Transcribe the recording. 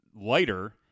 lighter